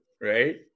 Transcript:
right